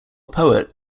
poet